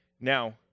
Now